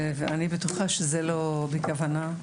אני בטוחה שזה לא נעשה בכוונה.